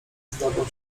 zdawał